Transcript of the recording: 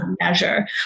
measure